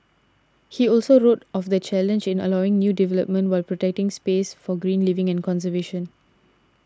he also wrote of the challenge in allowing new development while protecting space for green living and conservation